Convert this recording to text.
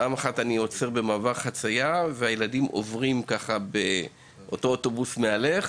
פעם אחת עצרתי במעבר חצייה ואותו ׳אוטובוס מהלך׳